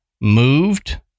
moved